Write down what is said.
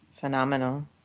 phenomenal